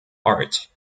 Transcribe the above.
art